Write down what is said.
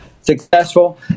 Successful